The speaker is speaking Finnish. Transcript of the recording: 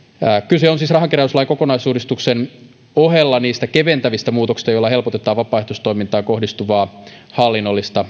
kyse on siis rahankeräyslain kokonaisuudistuksen ohella niistä keventävistä muutoksista joilla helpotetaan vapaaehtoistoimintaan kohdistuvaa hallinnollista